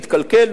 מתקלקל,